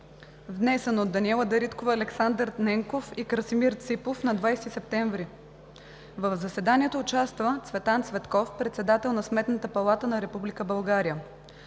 внесен от Даниела Дариткова, Александър Ненков и Красимир Ципов на 20 септември 2019 г. В заседанието участва Цветан Цветков, председател на Сметната палата на Република България.